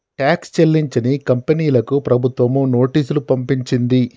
tax చెల్లించని కంపెనీలకు ప్రభుత్వం నోటీసులు పంపించింది